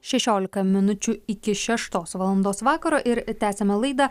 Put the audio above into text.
šešiolika minučių iki šeštos valandos vakaro ir tęsiame laidą